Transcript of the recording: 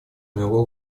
моего